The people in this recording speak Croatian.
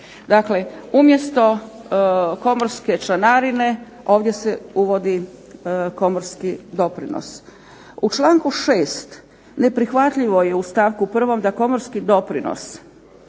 Dakle, umjesto komorske članarine ovdje se uvodi komorski doprinos. U čl. 6. neprihvatljivo je u stavku 1. da komorski doprinos